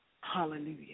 Hallelujah